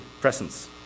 presence